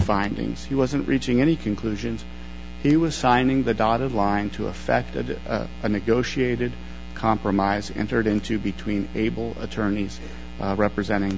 findings he wasn't reaching any conclusions he was signing the dotted line to affected a negotiated compromise entered into between able attorneys representing